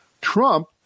Trump